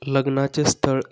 लग्नाचे स्थळ